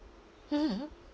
mm mm